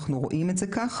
אנחנו רואים את זה כך,